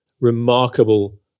remarkable